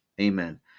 amen